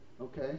Okay